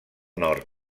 nord